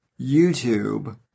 YouTube